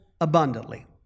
abundantly